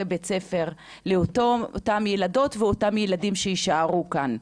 בתי הספר לאותן ילדות ולאותם ילדים שיישארו כאן.